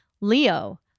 Leo